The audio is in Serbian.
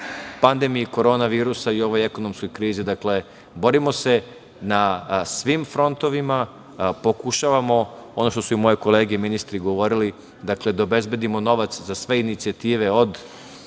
pandemiji korona virusa i ovoj ekonomskoj krizi, dakle borimo se na svim frontovima, pokušavamo, ono što su i moje kolege ministri govorili, da obezbedimo novac za sve inicijative, od